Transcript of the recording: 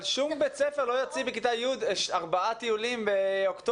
אבל שום בית ספר לא יוציא בכיתה י' ארבעה טיולים באוקטובר.